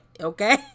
Okay